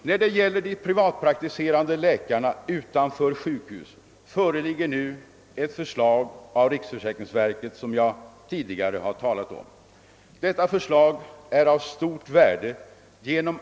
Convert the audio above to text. När det gäller de privatpraktiserande läkarna utanför sjukhusen föreligger nu ett förslag av riksförsäkringsverket som jag tidigare har talat om. Detta förslag är av stort värde genom.